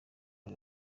uwo